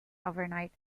overnight